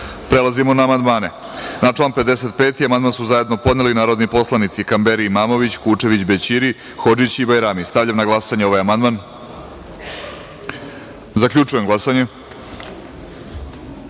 načelu. Prelazimo na amandmane. Na član 55. amandman su zajedno podneli narodni poslanici Kamberi Imamović, Kučević, Bećiri, Hodžić i Bajrami. Stavljam na glasanje ovaj amandman. Zaključujem glasanje: